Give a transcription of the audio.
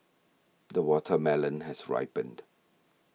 the watermelon has ripened